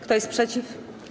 Kto jest przeciw?